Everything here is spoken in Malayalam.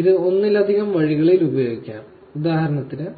ഇത് ഒന്നിലധികം വഴികളിൽ ഉപയോഗിക്കാം ഉദാഹരണത്തിന്